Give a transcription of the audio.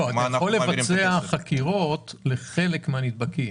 אתה יכול לבצע חקירות לחלק מהנדבקים.